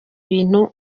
bintu